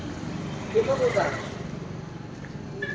ATM ಕಳದ್ರ ಏನು ಮಾಡೋದು?